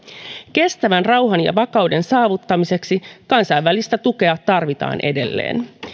kestävän rauhan ja vakauden saavuttamiseksi kansainvälistä tukea tarvitaan edelleen